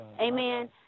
amen